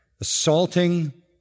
assaulting